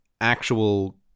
actual